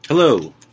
Hello